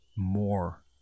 more